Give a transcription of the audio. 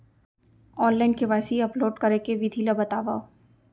Online KYC upload करे के विधि ला बतावव?